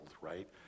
right